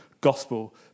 gospel